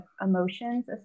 emotions